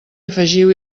afegiu